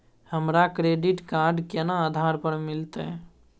हमरा credit card केना आधार पर मिलते?